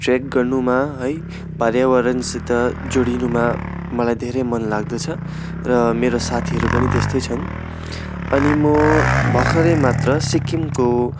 trek गर्नुमा है पार्यावरणसित जोडिनुमा मलाई धेरै मन लाग्दछ र मेरो साथीहरू पनि त्यस्तै छन् अनि म भर्खरै मात्र सिक्किमको